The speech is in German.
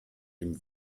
dem